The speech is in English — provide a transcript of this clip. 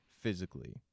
physically